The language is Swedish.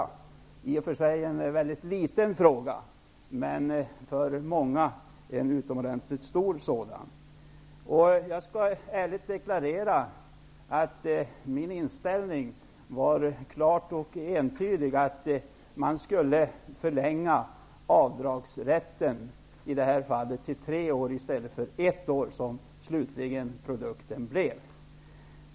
Det är i och för sig en mycket liten fråga, men det är för många en utomordentligt stor fråga. Jag skall ärligt deklarera att min inställning var klar och entydig, nämligen att man i detta fall skulle förlänga rätten till avdrag till tre år i stället för ett år, som det till slut blev.